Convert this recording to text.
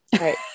Right